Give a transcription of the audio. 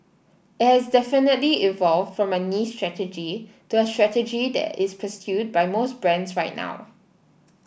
it has definitely evolved from my niche strategy to a strategy that is pursued by most brands right now